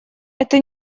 это